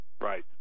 Right